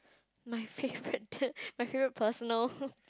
my favourite my favourite personal